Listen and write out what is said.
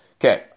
Okay